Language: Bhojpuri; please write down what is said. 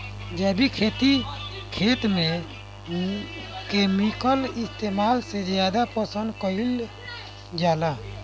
जैविक खेती खेत में केमिकल इस्तेमाल से ज्यादा पसंद कईल जाला